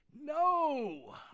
No